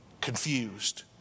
confused